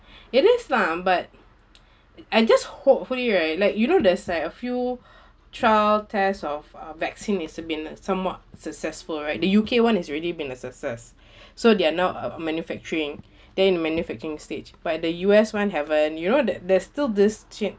it is lah but and I just hopefully right like you know there's like a few trial test of uh vaccines is been somewhat successful right the U_K [one] is already been a success so they're now uh manufacturing they in manufacturing stage but the U_S [one] haven't you know that there's still this chance